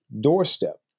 doorstep